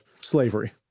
slavery